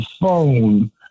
phone